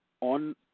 on